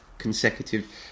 consecutive